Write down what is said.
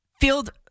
field